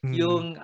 yung